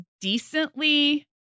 decently